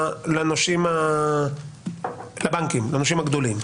לבנקים, לנושים הגדולים,